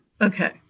Okay